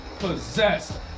possessed